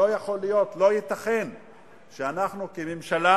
לא ייתכן שאנחנו, ממשלה